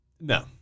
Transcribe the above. no